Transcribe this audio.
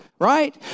Right